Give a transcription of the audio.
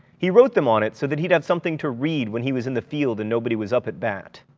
he wrote them on it so that he'd have something to read when he was in the field and nobody was up at bat.